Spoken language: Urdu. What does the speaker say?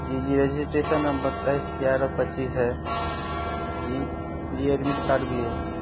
جی جی رجسٹریشن نمبر بتیس گیارہ پچیس ہے جی جی ایڈمٹ کارڈ بھی ہے